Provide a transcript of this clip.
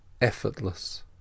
effortless